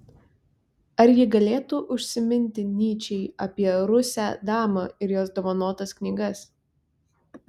ar ji galėtų užsiminti nyčei apie rusę damą ir jos dovanotas knygas